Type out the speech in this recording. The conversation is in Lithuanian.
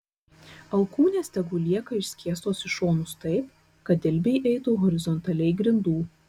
alkūnės tegul lieka išskėstos į šonus taip kad dilbiai eitų horizontaliai grindų